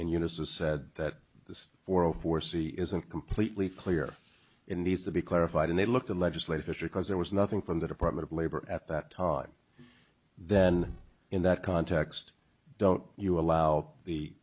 in unison said that this for all foresee isn't completely clear in needs to be clarified and they looked at legislative history because there was nothing from the department of labor at that time then in that context don't you allow the